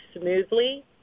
smoothly